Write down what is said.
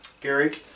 Gary